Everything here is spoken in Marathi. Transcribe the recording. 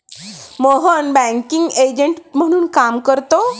मोहन बँकिंग एजंट म्हणून काम करतो